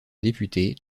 députée